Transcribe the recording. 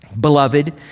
beloved